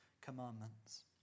commandments